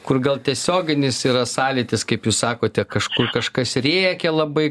kur gal tiesioginis yra sąlytis kaip jūs sakote kažkur kažkas rėkia labai